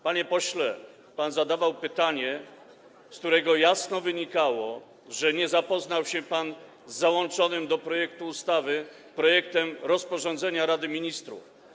Panie pośle, pan zadawał pytanie, z którego jasno wynikało, że nie zapoznał się pan z załączonym do projektu ustawy projektem rozporządzenia Rady Ministrów.